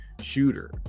shooter